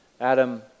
Adam